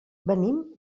venim